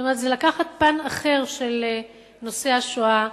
זאת אומרת, זה לקחת פן אחר של נושא השואה,